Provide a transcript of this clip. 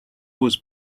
was